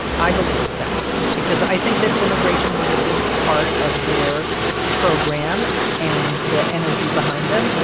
i believe that because i think that immigration was a big part of their program and the energy behind them.